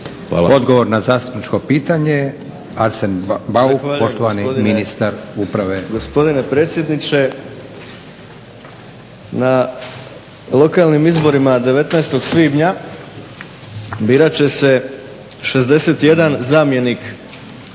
Odgovor na zastupničko pitanja Arsen Bauk, poštovani ministar uprave.